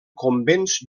convents